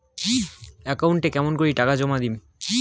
একাউন্টে কেমন করি টাকা জমা দিম?